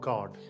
God